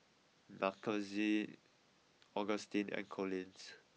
Makenzie Augustine and Collins